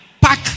pack